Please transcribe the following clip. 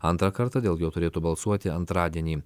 antrą kartą dėl jo turėtų balsuoti antradienį